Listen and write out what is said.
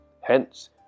hence